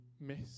miss